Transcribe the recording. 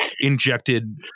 injected